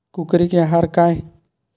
कुकरी के आहार काय?